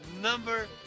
Number